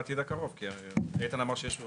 כי איתן אמר שיש ועדה.